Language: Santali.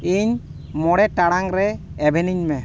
ᱤᱧ ᱢᱚᱬᱮ ᱴᱟᱲᱟᱝ ᱨᱮ ᱮᱵᱷᱮᱱᱤᱧ ᱢᱮ